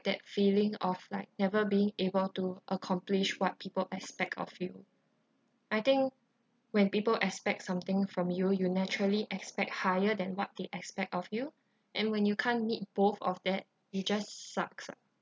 that feeling of like never being able to accomplish what people expect of you I think when people expect something from your you naturally expect higher than what they expect of you and when you can't meet both of that it just sucks lah